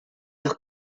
los